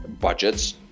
budgets